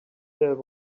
there